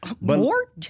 More